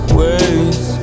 ways